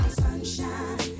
sunshine